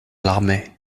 l’armée